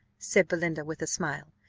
said belinda with a smile,